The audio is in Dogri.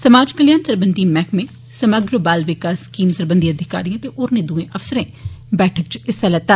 समाज कल्याण सरबंघी मैहकमें समग्र बाल विकास स्कीम दे अधिकारियें ते होस्ने दुए अफसरें बैठक इच हिस्सा लैता